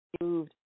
Moved